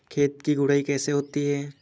खेत की गुड़ाई कैसे होती हैं?